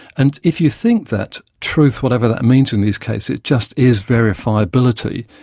and if you think that truth, whatever that means in these cases, just is verifiability,